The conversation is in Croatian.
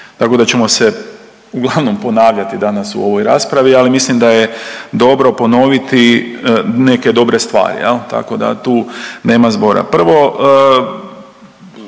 tak da ćemo se uglavnom ponavljati danas u ovoj raspravi, ali mislim da je dobro ponoviti neke dobre stvari, tako da tu nema zbora.